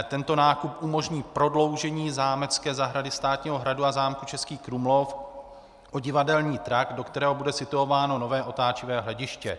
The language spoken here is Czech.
Tento nákup umožní prodloužení zámecké zahrady státního hradu a zámku Český Krumlov o divadelní trakt, do kterého bude situováno nové otáčivé hlediště.